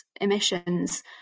emissions